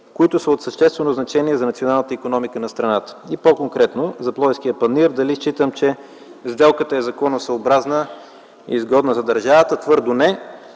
които са от съществено значение за националната икономика на страната. По-конкретно за Пловдивския панаир. Дали считам, че сделката е законосъобразна и изгодна за държавата – твърдо, не.